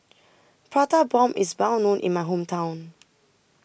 Prata Bomb IS Well known in My Hometown